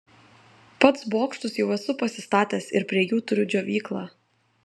pats bokštus jau esu pasistatęs ir prie jų turiu džiovyklą